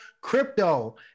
crypto